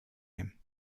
him